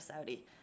Saudi